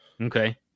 Okay